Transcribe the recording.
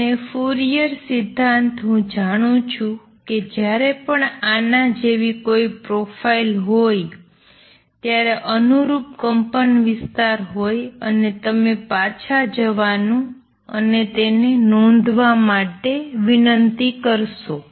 અને ફ્યુરીઅર સિધ્ધાંત હું જાણું છું કે જ્યારે પણ આના જેવી કોઈ પ્રોફાઇલ હોય ત્યારે અનુરૂપ એમ્પ્લિટ્યુડ હોય અને તમે પાછા જવાનું અને તેને નોંધવા માટે વિનંતી કરશો